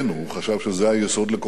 הוא חשב שזה היסוד לכוחנו.